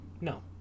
No